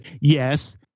Yes